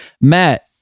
Matt